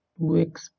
2x